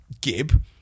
Gib